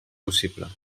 possible